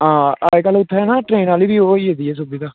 हां अजकल उत्थै ना ट्रेन आह्ली ओह् होई गेदी ऐ सुविधा